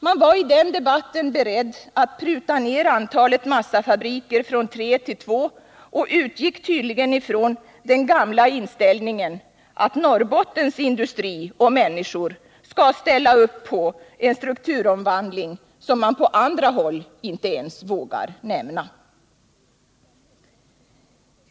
Man var i den debatten beredd att pruta ner antalet massafabriker från tre till två och utgick tydligen ifrån den gamla inställningen att Norrbottens industri och människor skall ställa upp på en strukturomvandling som man inte ens vågar nämna när det gäller andra delar av landet.